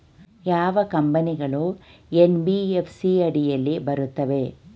ಯಾವ ಕಂಪನಿಗಳು ಎನ್.ಬಿ.ಎಫ್.ಸಿ ಅಡಿಯಲ್ಲಿ ಬರುತ್ತವೆ?